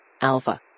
Alpha